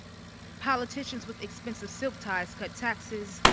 politicians with expensive silk ties cut taxes,